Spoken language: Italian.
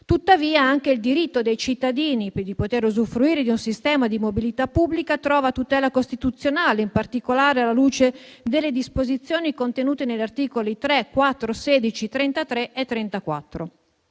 Tuttavia, anche il diritto dei cittadini di usufruire di un sistema di mobilità pubblica trova tutela costituzionale, in particolare alla luce delle disposizioni contenute negli articoli 3, 4, 16, 33 e 34.